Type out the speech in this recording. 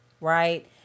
right